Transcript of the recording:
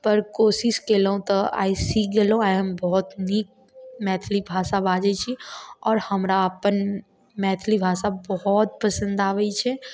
पर कोशिश केलहुॅं तऽ आइ सीख गेलहुॅं आइ हम बहुत नीक मैथिली भाषा बाजै छी आओर हमरा अपन मैथिली भाषा बहुत पसन्द आबै छै